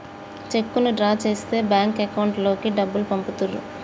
చెక్కును డ్రా చేస్తే bank account లోకి డబ్బులు పంపుతుర్రు